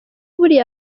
buriya